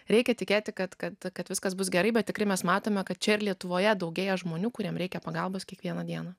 reikia tikėti kad kad kad viskas bus gerai bet tikrai mes matome kad čia ir lietuvoje daugėja žmonių kuriems reikia pagalbos kiekvieną dieną